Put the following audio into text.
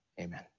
Amen